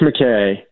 McKay